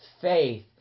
faith